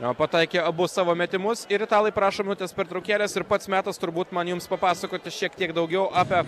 o pataikė abu savo metimus ir italai prašo minutės pertraukėles ir pats metas turbūt man jums papasakoti šiek tiek daugiau apie